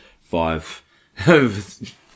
five